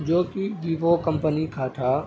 جو کہ ویو کمپنی کا تھا